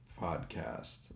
podcast